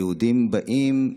היהודים באים,